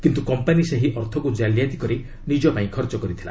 କିନ୍ତୁ କମ୍ପାନୀ ସେହି ଅର୍ଥକୁ ଜାଲିଆତି କରି ନିଜପାଇଁ ଖର୍ଚ୍ଚ କରିଥିଲା